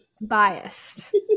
biased